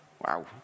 Wow